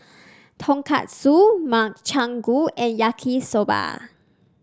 Tonkatsu Makchang Gui and Yaki Soba